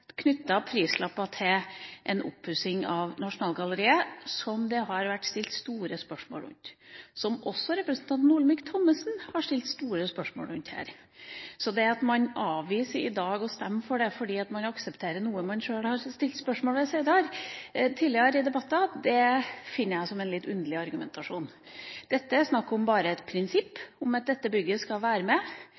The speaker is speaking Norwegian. oppussing av Nasjonalgalleriet som det har vært stilt viktige spørsmål ved. Også representanten Olemic Thommessen har stilt viktige spørsmål om dette, så det at man i dag avviser å stemme for det fordi man aksepterer noe man sjøl har stilt spørsmål ved tidligere i debatter, finner jeg er en litt underlig argumentasjon. Det er bare snakk om et prinsipp om at dette bygget skal være med